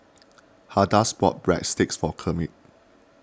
Hadassah bought Breadsticks for Kermit